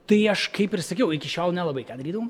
tai aš kaip ir sakiau iki šiol nelabai ką darydavau